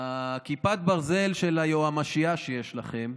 כיפת הברזל של היועמ"שייה שיש לכם,